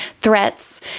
threats